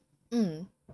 mm